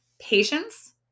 patience